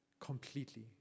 completely